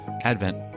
Advent